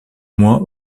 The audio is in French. mois